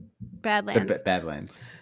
Badlands